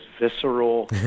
visceral